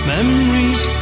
Memories